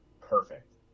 perfect